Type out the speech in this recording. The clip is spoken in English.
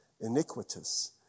iniquitous